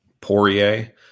Poirier